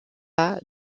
pas